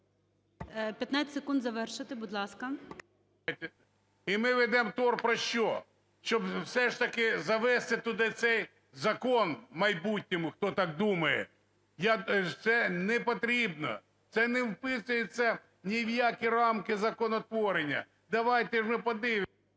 15 секунд, завершуйте, будь ласка. НІМЧЕНКО В.І. І ми ведемо торг про що: щоб все ж таки завести туди, в цей закон в майбутньому, хто так думає? Це непотрібно, це не вписується ні в які рамки законотворення. Давайте ж ми подивимося…